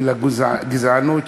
והגזענות,